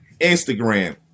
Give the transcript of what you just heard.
Instagram